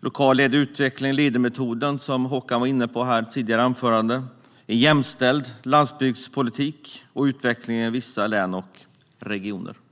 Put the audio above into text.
lokalt ledd utveckling och Leadermetoden, som Håkan var inne på i ett tidigare anförande, en jämställd landsbygdspolitik och utvecklingen i vissa län och regioner.